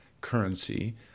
currency